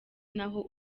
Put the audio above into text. naho